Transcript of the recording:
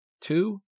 two